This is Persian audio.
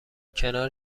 کنار